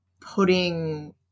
putting